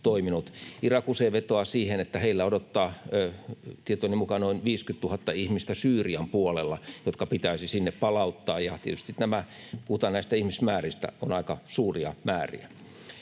Irak usein vetoaa siihen, että heillä odottaa, tietojeni mukaan, noin 50 000 ihmistä Syyrian puolella, jotka pitäisi sinne palauttaa, ja tietysti kun puhutaan näistä ihmismääristä, ne ovat aika suuria määriä.